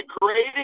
great